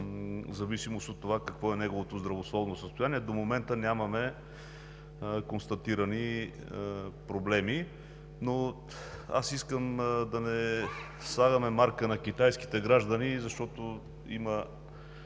зависимост от това какво е неговото здравословно състояние. До момента нямаме констатирани проблеми, но искам да не слагаме марка на китайските граждани, защото има